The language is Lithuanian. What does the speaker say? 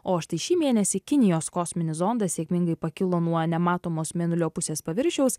o štai šį mėnesį kinijos kosminis zondas sėkmingai pakilo nuo nematomos mėnulio pusės paviršiaus